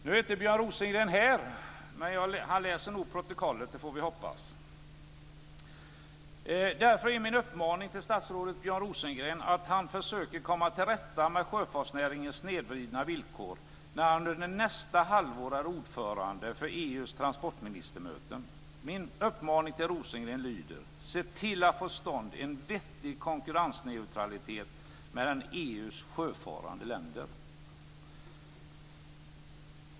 Nu är inte Björn Rosengren här. Men han läser nog protokollet; det får vi hoppas. Min uppmaning till statsrådet Björn Rosengren är att han ska försöka komma till rätta med sjöfartsnäringens snedvridna villkor när han under nästa halvår är ordförande för EU:s transportministermöten. Min uppmaning till Rosengren lyder: Se till att få till stånd en vettig konkurrensneutralitet mellan EU:s sjöfarande länder!